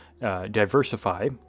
Diversify